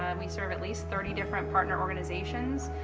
and we serve at least thirty different partner organizations.